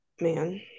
man